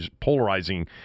polarizing